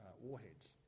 warheads